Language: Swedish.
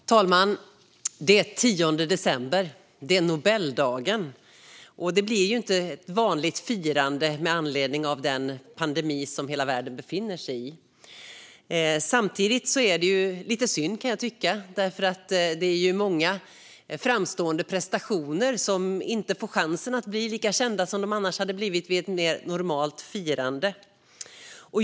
Fru talman! Det är den 10 december, Nobeldagen, men det blir inte något vanligt firande på grund av den pandemi som hela världen befinner sig i. Jag kan tycka att det är lite synd, för det är ju många framstående prestationer som inte får chansen att bli lika kända som de hade blivit vid ett mer normalt firande.